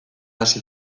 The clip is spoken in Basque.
hasi